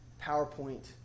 PowerPoint